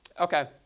Okay